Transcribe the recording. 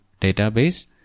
database